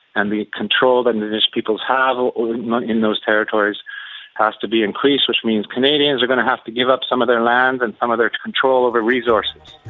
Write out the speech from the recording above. and the control that indigenous peoples have ah in those territories has to be increased, which means canadians are going to have to give up some of their land and some of their control over resources.